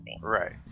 Right